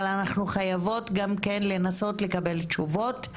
אבל אנחנו חייבות גם כן לנסות לקבל תשובות.